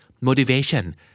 motivation